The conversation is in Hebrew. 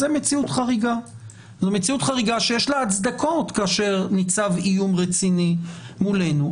זו מציאות חריגה שיש לה הצדקות כאשר ניצב איום רציני מולנו.